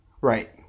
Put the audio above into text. Right